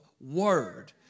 Word